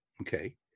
okay